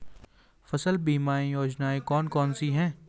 फसल बीमा योजनाएँ कौन कौनसी हैं?